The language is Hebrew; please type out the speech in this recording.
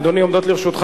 הכנסת.